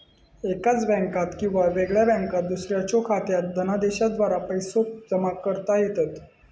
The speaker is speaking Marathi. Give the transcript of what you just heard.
एकाच बँकात किंवा वेगळ्या बँकात दुसऱ्याच्यो खात्यात धनादेशाद्वारा पैसो जमा करता येतत